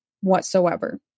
whatsoever